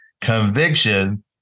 conviction